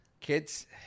Kids